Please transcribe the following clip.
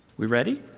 we ready?